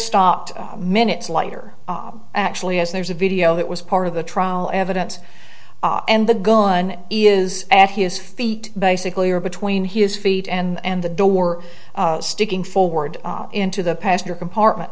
stopped minutes later actually as there's a video that was part of the trial evidence and the gun is at his feet basically or between his feet and the door sticking forward into the passenger compartment